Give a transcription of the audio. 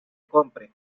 compre